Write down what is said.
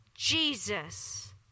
Jesus